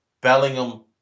Bellingham